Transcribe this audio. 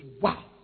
wow